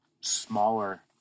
smaller